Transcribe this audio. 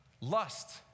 lust